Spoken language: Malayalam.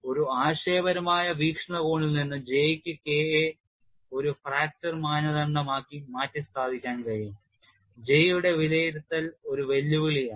ഒരു ആശയപരമായ വീക്ഷണകോണിൽ നിന്ന് J ക്ക് K യെ ഒരു ഫ്രാക്ചർ മാനദണ്ഡമായി മാറ്റിസ്ഥാപിക്കാൻ കഴിയും J യുടെ വിലയിരുത്തൽ ഒരു വെല്ലുവിളിയാണ്